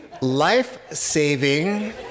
life-saving